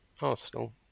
Arsenal